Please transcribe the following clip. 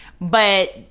but-